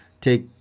take